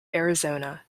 arizona